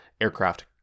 aircraft